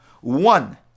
one